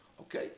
Okay